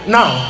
Now